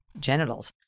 genitals